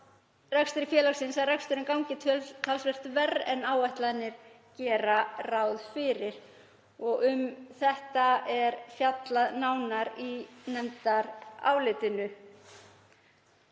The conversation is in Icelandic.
þær aðstæður að reksturinn gangi talsvert verr en áætlanir gera ráð fyrir og um þetta er fjallað nánar í nefndarálitinu.